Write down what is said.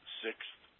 sixth